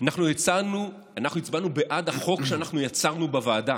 אנחנו הצבענו בעד החוק שאנחנו יצרנו בוועדה.